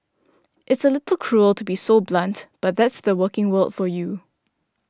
it's a little cruel to be so blunt but that's the working world for you